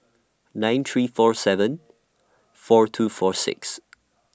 nine three four seven four two four six